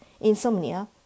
insomnia